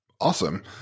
Awesome